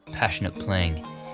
passionate playing,